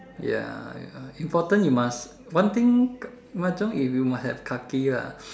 ya ya important you must one thing mahjong if you must have Kaki lah